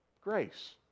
Grace